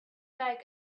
like